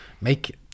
Make